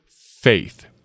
faith